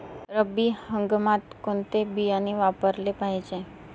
रब्बी हंगामात कोणते बियाणे वापरले पाहिजे?